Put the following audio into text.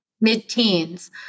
mid-teens